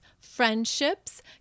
friendships